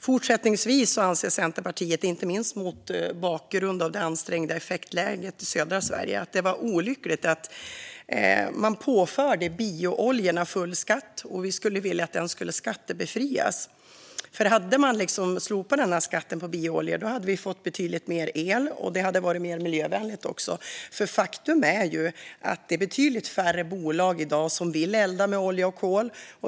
Fortsättningsvis anser Centerpartiet, inte minst mot bakgrund av det ansträngda effektläget i södra Sverige, att det var olyckligt att man påförde biooljorna full skatt. Vi skulle vilja att de skattebefriades. Hade man slopat skatten på biooljor hade vi fått betydligt mer el. Det hade också varit mer miljövänligt, för faktum är att det i dag är betydligt färre bolag som vill elda med olja och kol.